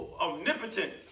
omnipotent